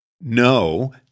No